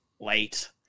Late